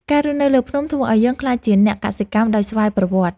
ការរស់នៅលើភ្នំធ្វើឱ្យយើងក្លាយជាអ្នកកសិកម្មដោយស្វ័យប្រវត្តិ។